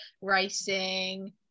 racing